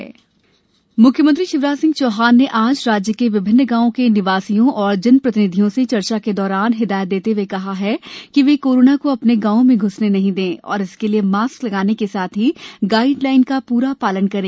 शिवराज श्रम सिद्धि म्ख्यमंत्री शिवराज सिंह चौहान ने आज राज्य के विभिन्न गांवों के निवासियों और जनप्रतिनिधियों से चर्चा के दौरान हिदायत देते हुए कहा कि वे कोरोना को अपने गांवों में घुसने नहीं दें और इसके लिए मास्क लगाने के साथ ही गाइडलाइन का पूरा पालन करें